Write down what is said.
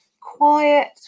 quiet